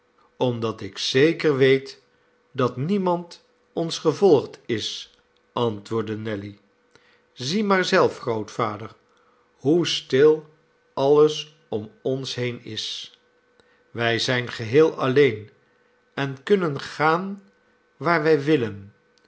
omdat ik zeker weet dat niemand ons gevolgd is antwoordde nelly zie maar zelf grootvader hoe stil alles om ons heen is wij zijn geheel alleen en kunnen gaan waar wij willen